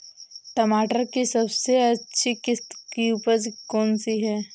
टमाटर की सबसे अच्छी किश्त की उपज कौन सी है?